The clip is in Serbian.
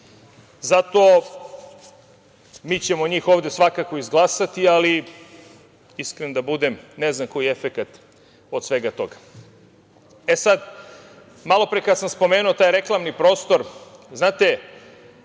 Mi ćemo njih ovde svakako izglasati, ali iskren da budem ne znam koji je efekat svega toga. Malopre kada sam promenio taj reklamni prostor, znate